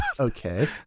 Okay